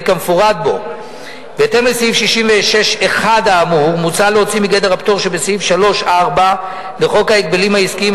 צורך ביותר מחמישה חודשים, מעבר לחמישה חודשים.